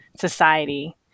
society